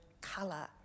color